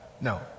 No